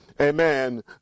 amen